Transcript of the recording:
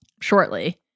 shortly